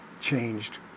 changed